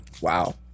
Wow